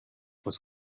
was